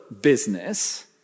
business